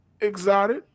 exotic